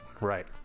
right